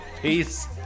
Peace